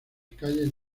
calles